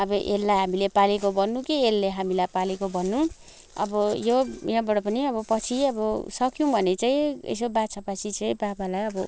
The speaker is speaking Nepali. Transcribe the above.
अब यसलाई हामीले पालेको भन्नु कि यसले हामीलाई पालेको भन्नु अब यो यहाँबाट पनि अब पछि अब सक्यौँ भने चाहिँ यसो बाछा बाछी चाहिँ बाबालाई अब